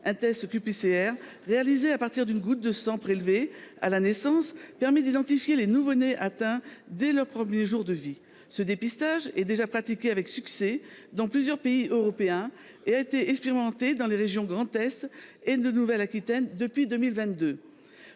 Un test qPCR, réalisé à partir d’une goutte de sang prélevé à la naissance, permet d’identifier les nouveau nés atteints dès leur premier jour de vie. Ce dépistage est déjà pratiqué avec succès dans plusieurs pays européens, et a été expérimenté dans les régions Grand Est et Nouvelle Aquitaine depuis 2022.